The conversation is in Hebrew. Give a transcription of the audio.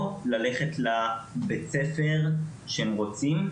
או ללכת לבית ספר שהם רוצים,